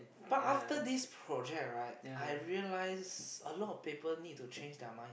but after this project right I realize a lot of people need to change their mind